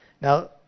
Now